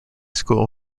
school